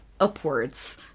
upwards